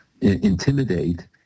intimidate